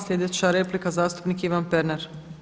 Sljedeća replika zastupnik Ivan Pernar.